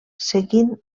seguint